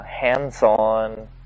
hands-on